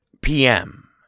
PM